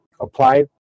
Apply